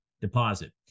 deposit